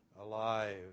alive